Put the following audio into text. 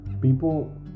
people